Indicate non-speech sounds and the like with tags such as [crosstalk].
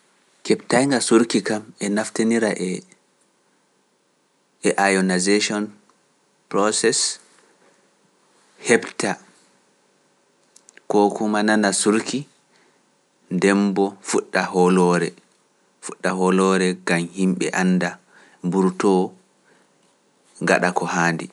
[noise] Keɓtaynga surki kam e naftinira e ayyonisation process heɓta, koo ko mananaa surki, demmbo fuɗɗa hooloore, fuɗɗa hooloore ngam yimɓe annda mburtoo gaɗa ko haandi.